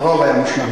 הרוב היה מושלם.